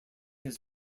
his